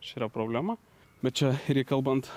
čia yra problema bet čia kalbant